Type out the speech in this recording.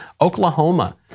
Oklahoma